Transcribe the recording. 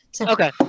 Okay